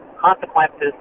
consequences